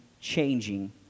changing